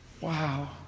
Wow